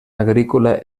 agrícola